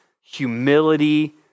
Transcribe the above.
humility